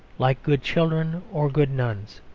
like good children or good nuns.